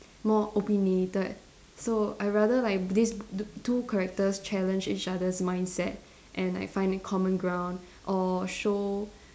more opinionated so I rather like this two characters challenge each other's mindset and like find a common ground or show